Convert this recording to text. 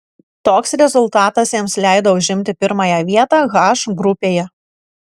toks rezultatas jiems leido užimti pirmąją vietą h grupėje